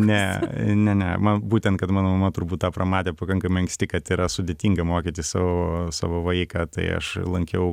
ne ne ne man būtent kad mano mama turbūt tą pamatė pakankamai anksti kad yra sudėtinga mokyti savo savo vaiką tai aš lankiau